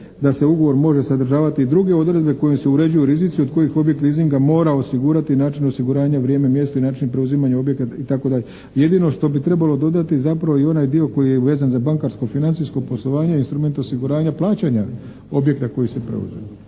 da se ugovor može sadržavati i druge odredbe kojim se uređuju rizici od kojih objekt leasinga mora osigurati način osiguranja, vrijeme, mjesto i način preuzimanja objekata, itd. Jedino što bi trebalo dodati zapravo je onaj dio koji je vezan za bankarsko-financijsko poslovanje, instrument osiguranja plaćanja objekta koji se preuzeo